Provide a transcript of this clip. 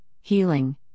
healing